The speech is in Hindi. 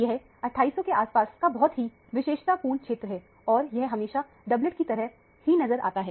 यह 2800 के आसपास का बहुत ही विशेषता पूर्ण क्षेत्र है और यह हमेशा डबलएट की तरह ही नजर आता है